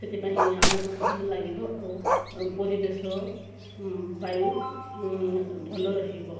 ସେଥିପାଇଁ ଆମକୁ ଭଲ ଲାଗିବ ଆଉ ପରିବେଶ ବାୟୁ ଭଲ ରହିବ